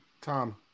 Tom